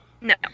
No